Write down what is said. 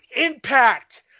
impact